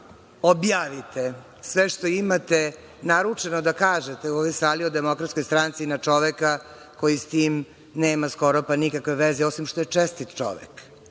da objavite sve što imate naručeno da kažete u ovoj sali o DS na čoveka koji sa tim nema skoro pa nikakve veze, osim što je čestit čovek,